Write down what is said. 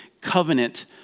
covenant